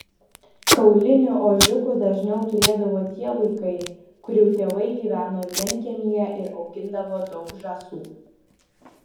kaulinių ožiukų dažniau turėdavo tie vaikai kurių tėvai gyveno vienkiemyje ir augindavo daug žąsų